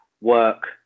work